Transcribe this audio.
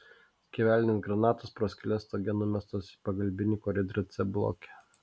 skeveldrinės granatos pro skyles stoge numestos į pagalbinį koridorių c bloke